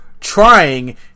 trying